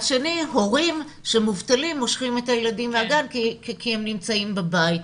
שני הורים שמובטלים מושכים את הילדים מהגן כי הם נמצאים בבית.